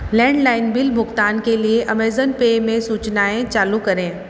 landline bill भुगतान के लिए अमेज़न पे में सूचनाएँ चालू करें